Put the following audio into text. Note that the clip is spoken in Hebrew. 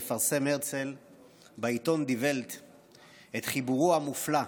מפרסם הרצל בעיתון די ולט את חיבורו המופלא "המנורה",